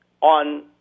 on